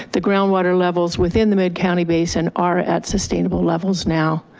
the groundwater levels within the mid county basin are at sustainable levels now,